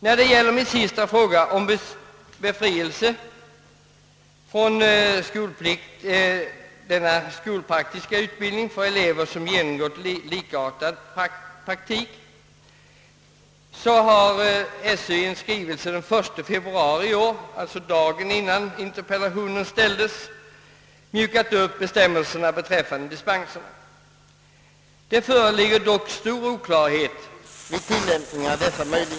Vad beträffar min sista fråga om befrielse från skolplikten, om eleverna har likartad praktik, har skolöverstyrelsen i skrivelse den 1 februari i år — dagen innan interpellationen framställdes — mjukat upp bestämmelserna rörande dispenserna. Det föreligger emellertid stor oklarhet vid tillämpningen av denna möjlighet.